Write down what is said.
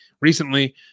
recently